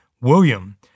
William